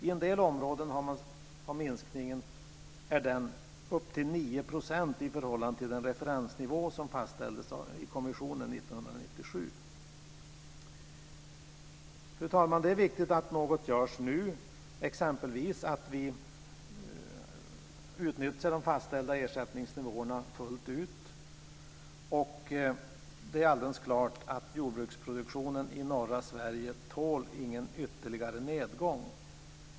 I en del områden är minskningen upp till 9 % i förhållande till den referensnivå som fastställdes av kommissionen 1997. Fru talman! Det är viktigt att något görs nu, exempelvis att vi utnyttjar de fastställda ersättningsnivåerna fullt ut. Det är helt klart att jordbruksproduktionen i norra Sverige inte tål någon ytterligare nedgång.